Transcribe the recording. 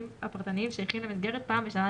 הפרטניים שהכין למסגרת לפחות פעם בשנה,